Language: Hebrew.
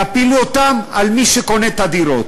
יפילו אותן על מי שקונה את הדירות,